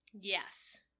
Yes